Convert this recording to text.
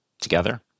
together